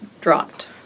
dropped